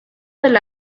del